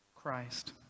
Christ